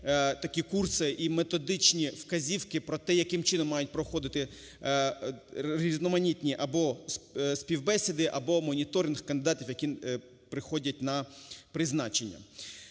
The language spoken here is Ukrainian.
такі курси і методичні вказівки про те, яким чином мають проходити різноманітні або співбесіди, або моніторинг кандидатів, які приходять на призначення.